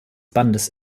bandes